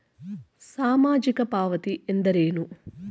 ಸಾಮಾಜಿಕ ಪಾವತಿ ಎಂದರೇನು?